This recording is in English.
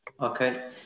Okay